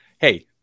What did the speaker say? Hey